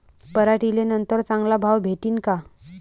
पराटीले नंतर चांगला भाव भेटीन का?